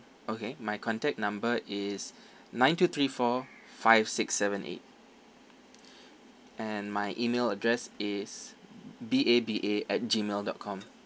okay my contact number is nine two three four five six seven eight and my email address is B A B A at G mail dot com